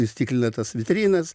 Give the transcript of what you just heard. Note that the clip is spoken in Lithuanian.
įstiklinę tas vitrinas